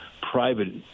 private